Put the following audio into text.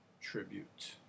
Tribute